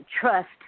trust